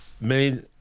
made